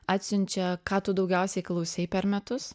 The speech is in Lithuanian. atsiunčia ką tu daugiausiai klausei per metus